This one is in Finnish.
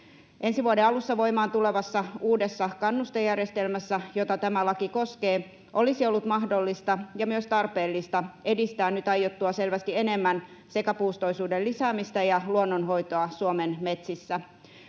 Ensi vuoden alussa voimaan tulevassa uudessa kannustejärjestelmässä, jota tämä laki koskee, olisi ollut mahdollista ja myös tarpeellista edistää nyt aiottua selvästi enemmän sekapuustoisuuden lisäämistä ja luonnonhoitoa Suomen metsissä.